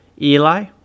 Eli